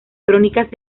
crónicas